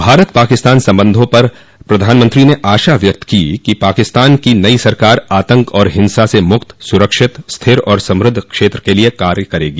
भारत पाकिस्तान संबंधों पर प्रधानमंत्री ने आशा व्यक्त की कि पाकिस्तान की नई सरकार आतंक और हिंसा से मुक्त सुरक्षित स्थिर और समृद्ध क्षेत्र के लिए काम करेगी